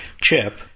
chip